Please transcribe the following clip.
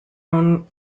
own